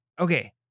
Okay